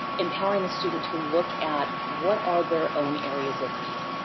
empowering the student to look at what are their own areas of need?